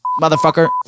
Motherfucker